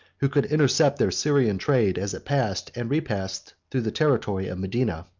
who could intercept their syrian trade as it passed and repassed through the territory of medina.